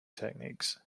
techniques